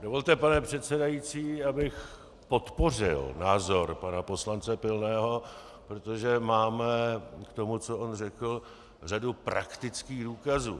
Dovolte, pane předsedající, abych podpořil názor pana poslance Pilného, protože máme k tomu, co on řekl, řadu praktických důkazů.